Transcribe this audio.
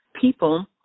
people